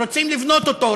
רוצים לבנות אותו.